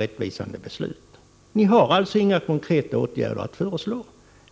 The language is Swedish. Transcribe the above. rättvist beslut. Ni har alltså inga konkreta åtgärder att föreslå.